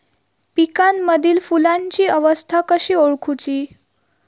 पिकांमदिल फुलांची अवस्था कशी ओळखुची?